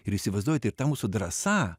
ir įsivaizduojate ir ta mūsų drąsa